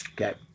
okay